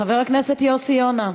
חבר הכנסת יוסי יונה,